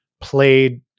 played